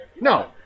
No